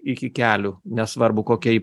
iki kelių nesvarbu kokia ji